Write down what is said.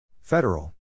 Federal